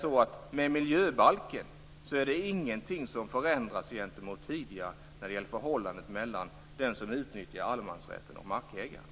I miljöbalken är det dessutom ingenting som förändras gentemot tidigare när det gäller förhållandet mellan den som utnyttjar allemansrätten och markägaren.